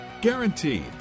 Guaranteed